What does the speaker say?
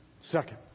Second